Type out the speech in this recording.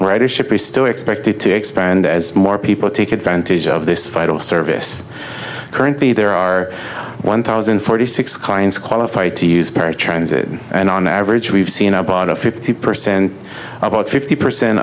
still expected to expand as more people take advantage of this vital service currently there are one thousand and forty six clients qualified to use paratransit and on average we've seen about a fifty percent about fifty percent